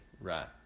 right